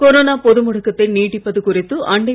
corona பொது முடக்கத்தை நீடிப்பது குறித்து அண்டை